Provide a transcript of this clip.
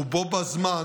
ובו בזמן